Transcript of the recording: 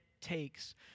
takes